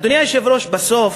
אדוני היושב-ראש, בסוף,